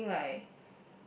spelling like